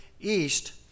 east